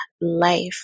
life